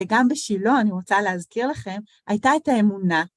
וגם בשילון, אני רוצה להזכיר לכם, הייתה את האמונה.